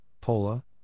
Pola